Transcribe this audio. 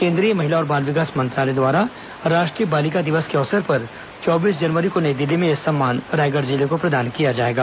केन्द्रीय महिला और बाल विकास मंत्रालय द्वारा राष्ट्रीय बालिका दिवस के अवसर पर चौबीस जनवरी को नई दिल्ली में यह सम्मान प्रदान किया जाएगा